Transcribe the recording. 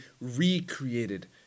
recreated